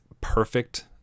perfect